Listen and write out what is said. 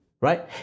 Right